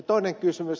toinen kysymys